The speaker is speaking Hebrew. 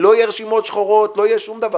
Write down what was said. לא יהיה רשימות שחורות, לא יהיה שום דבר.